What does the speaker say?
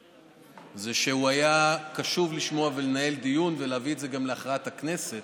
זה שהוא היה קשוב לשמוע ולנהל דיון ולהביא את זה גם להכרעת הכנסת,